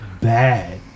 bad